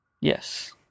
Yes